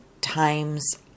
times